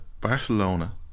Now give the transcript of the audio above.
Barcelona